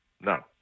No